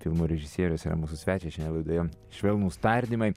filmų režisierius yra mūsų svečiai šiandien laidoje švelnūs tardymai